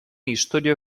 istorio